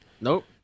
Nope